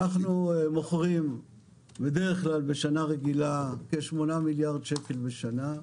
אנחנו מוכרים בדרך כלל בשנה רגילה כ-8 מיליארד שקל בשנה.